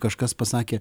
kažkas pasakė